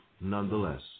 nonetheless